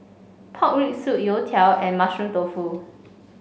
Pork Rib Soup Youtiao and Mushroom Tofu